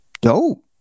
dope